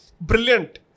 Brilliant